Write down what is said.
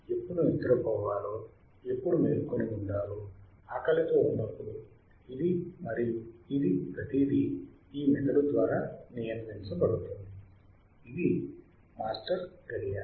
ఎప్పుడు నిద్రపోవాలో ఎప్పుడు మేల్కొని ఉండాలో ఆకలితో ఉన్నప్పుడు ఇది మరియు ఇది ప్రతిదీ ఈ మెదడు ద్వారా నియంత్రించబడుతుంది ఇది మాస్టర్ గడియారం